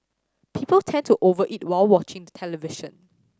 people tend to over eat while watching television